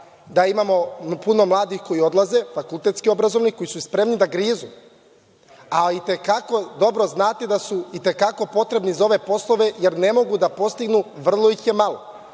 da imamo puno mladih koji odlaze, fakultetski obrazovanih, koji su spremni da grizu, a i te kako dobro znate da su i te kako potrebni za ove poslove, jer ne mogu da postignu, vrlo ih je malo.